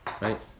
right